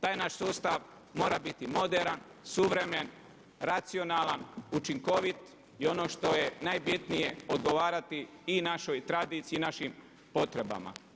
Taj naš sustav mora biti moderan, suvremen, racionalan, učinkovit i ono što je najbitnije odgovarati i našoj tradiciji i našim potrebama.